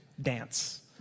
dance